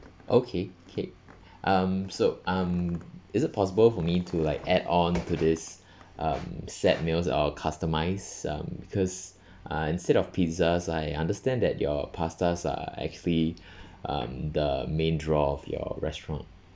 okay K um so um is it possible for me to like add on to this um set meals or customize um cause uh instead of pizzas I understand that your pastas are actually um the main draw of your restaurant